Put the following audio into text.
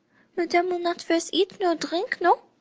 madame will not first eat, nor drink no?